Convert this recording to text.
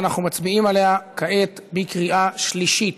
אנחנו מצביעים עליה כעת בקריאה שלישית.